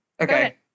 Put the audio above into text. Okay